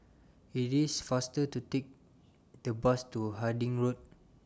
IT IS faster to Take The Bus to Harding Road